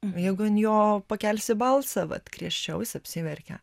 jeigu ant jo pakelsi balsą vat griežčiau jis apsiverkia